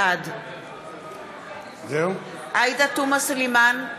בעד עאידה תומא סלימאן,